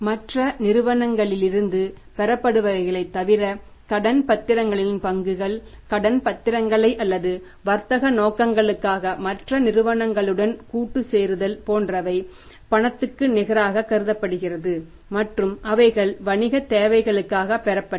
மற்ற நிறுவனங்களிலிருந்து பெறப்படுபவைகளை தவிர கடன் பத்திரங்களில் பங்குகள் கடன் பத்திரங்களை அல்லது வர்த்தக நோக்கங்களுக்காக மற்ற நிறுவனங்களுடன் கூட்டு சேருதல் போன்றவை பணத்துக்கு நிகராகக் கருதப்படுகிறது மற்றும் அவைகள் வணிக தேவைகளுக்காக பெறப்பட்டது